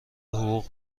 حقوق